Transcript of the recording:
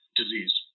disease